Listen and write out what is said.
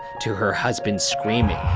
to her husband screaming,